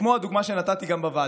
כמו הדוגמה שנתתי גם בוועדה,